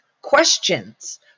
questions